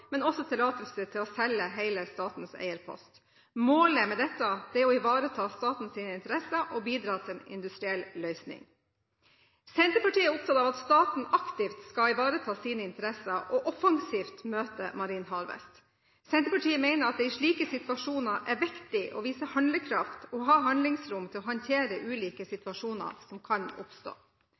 men også tillatelse til å selge hele statens eierpost. Målet med dette er å ivareta statens interesser og bidra til en industriell løsning. Senterpartiet er opptatt av at staten aktivt skal ivareta sine interesser, og offensivt møte Marine Harvest. Senterpartiet mener at det i slike situasjoner er viktig å vise handlekraft og ha handlingsrom til å håndtere ulike situasjoner som kan oppstå.